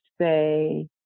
say